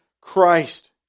Christ